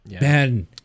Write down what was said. man